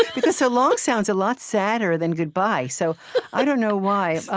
because so long sounds a lot sadder than goodbye, so i don't know why.